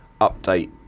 update